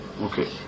Okay